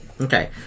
Okay